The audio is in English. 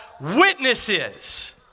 witnesses